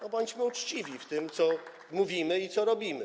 No, bądźmy uczciwi w tym, co mówimy i co robimy.